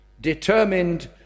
determined